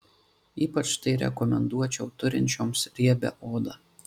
ypač tai rekomenduočiau turinčioms riebią odą